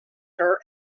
her